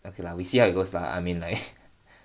okay lah we see how it goes lah I mean like